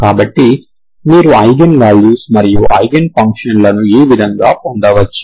కాబట్టి మీరు eigen values మరియు ఐగెన్ ఫంక్షన్లను ఈ విధంగా పొందవచ్చు